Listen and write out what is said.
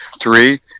three